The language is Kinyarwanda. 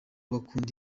gukunda